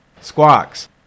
squawks